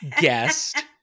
guest